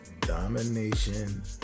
domination